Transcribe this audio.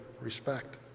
respect